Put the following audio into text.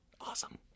Awesome